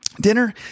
Dinner